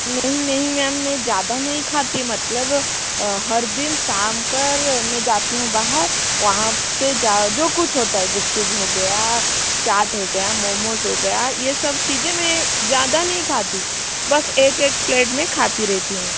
नहीं नहीं मैम में ज़्यादा नहीं खाती मतलब हर दिन शाम को में जाती हूँ बाहर वहाँ से जा जो कुछ होता है गुपचुप हो गया चाट हो गई मोमोज़ हो गया ये सब चीज़े में ज़्यादा नहीं खाती बस एक एक प्लेट में खाती रहती हूँ